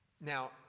Now